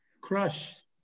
crush